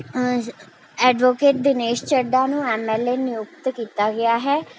advocate Dinesh Chadha ਨੂੰ M L A ਨਿਯੁਕਤ ਕੀਤਾ ਗਿਆ ਹੈ